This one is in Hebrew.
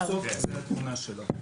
איירסופט וזו התמונה שלו.